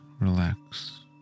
relax